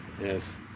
Yes